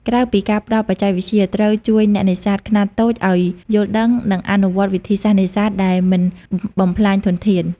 ក្រៅពីការផ្តល់បច្ចេកវិទ្យា ត្រូវជួយអ្នកនេសាទខ្នាតតូចឲ្យយល់ដឹង និងអនុវត្តន៍វិធីសាស្ត្រនេសាទដែលមិនបំផ្លាញធនធាន។